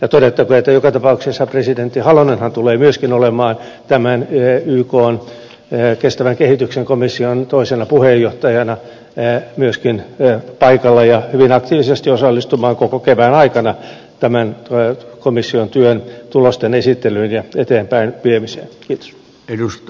todettakoon että joka tapauksessa presidentti halonenhan tulee myöskin olemaan tämän ykn kestävän kehityksen komission toisena puheenjohtajana paikalla ja hyvin aktiivisesti osallistumaan koko kevään aikana tämän komission työn tulosten esittelyyn ja eteenpäinviemiseen